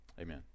Amen